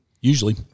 usually